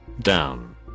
Down